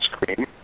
screen